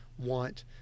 want